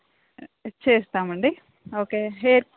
చేస్తామండి okay hair